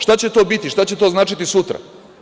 Šta će to biti, šta će to značiti sutra?